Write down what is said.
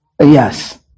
Yes